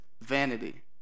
vanity